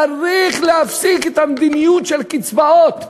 צריך להפסיק את המדיניות של קצבאות.